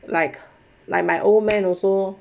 like like my old man also